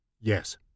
Yes